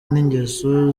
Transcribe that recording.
n’ingeso